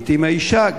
לעתים האשה,